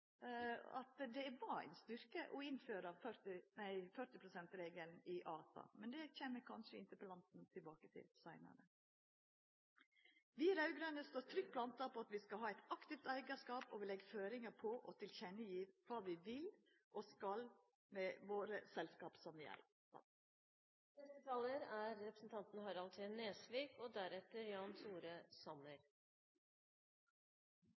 at det var ein styrke å innføra 40 pst.-regelen i ASA, men det kjem interpellanten kanskje tilbake til seinare. Vi raud-grøne står trygt planta på at vi skal ha ein aktiv eigarskap. Vi legg føringar på og gjev til kjenne kva vi vil og skal med dei selskapa som